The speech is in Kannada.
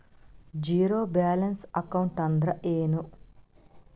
ಝೀರೋ ಬ್ಯಾಲೆನ್ಸ್ ಅಕೌಂಟ್ ಅಂದ್ರ ಏನು?